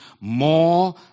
more